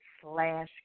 slash